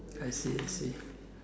I see I see